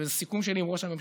וזה סיכום שלי עם ראש הממשלה,